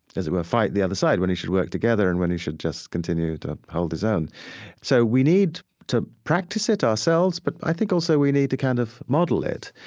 as it were, fight the other side, when he should work together and when he should just continue to hold his own so we need to practice it ourselves, but i think also we need to kind of model it